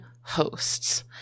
hosts